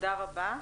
תודה רבה.